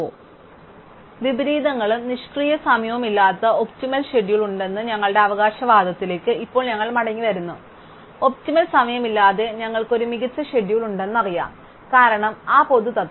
അതിനാൽ വിപരീതങ്ങളും നിഷ്ക്രിയ സമയവുമില്ലാത്ത ഒപ്റ്റിമൽ ഷെഡ്യൂൾ ഉണ്ടെന്ന ഞങ്ങളുടെ അവകാശവാദത്തിലേക്ക് ഇപ്പോൾ ഞങ്ങൾ മടങ്ങിവരുന്നു ഒപ്റ്റിമൽ സമയമില്ലാതെ ഞങ്ങൾക്ക് ഒരു മികച്ച ഷെഡ്യൂൾ ഉണ്ടെന്ന് ഞങ്ങൾക്കറിയാം കാരണം ആ പൊതു തത്വം